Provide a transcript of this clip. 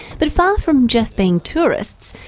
but far from just being tourists,